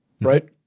right